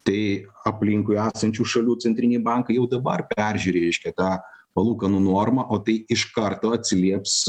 tai aplinkui esančių šalių centriniai bankai jau dabar peržiūri reiškia tą palūkanų normą o tai iš karto atsilieps